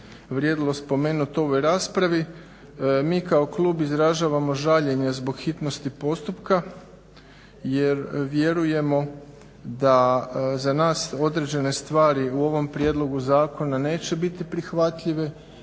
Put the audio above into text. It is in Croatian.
vrijedilo spomenuti u ovoj raspravi. Mi kao klub izražavamo žaljenje zbog hitnosti postupka jer vjerujemo da za nas određene stvari u ovom prijedlogu zakona neće biti prihvatljive,